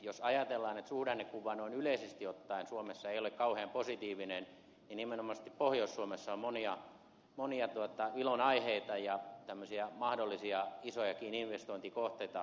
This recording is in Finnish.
jos ajatellaan että suhdannekuva noin yleisesti ottaen suomessa ei ole kauhean positiivinen niin nimenomaisesti pohjois suomessa on monia ilonaiheita ja tämmöisiä mahdollisia isojakin investointikohteita